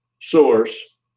source